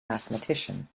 mathematician